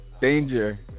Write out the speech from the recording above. danger